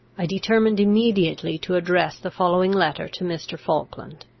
i determined immediately to address the following letter to mr. falkland.